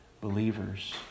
believers